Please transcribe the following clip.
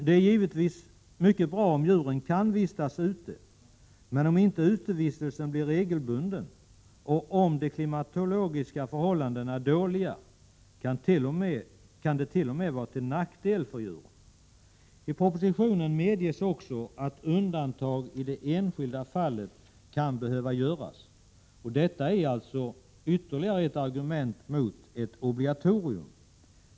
Det är givetvis bra om djuren kan vistas ute, men om inte utevistelsen blir regelbunden och om de klimatologiska förhållandena är dåliga, kan det t.o.m. vara till nackdel för djuren. I propositionen medges också att undantag i det enskilda fallet kan behöva göras. Detta är alltså ytterligare ett argument mot ett obligatorium.